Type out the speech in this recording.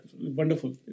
wonderful